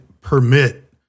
permit